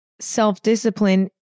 self-discipline